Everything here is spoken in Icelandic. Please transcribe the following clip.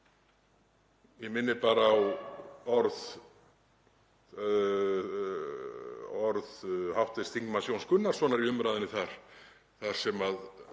Ég minni bara á orð hv. þm. Jóns Gunnarssonar í umræðunni þar sem